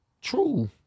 True